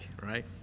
Right